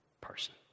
person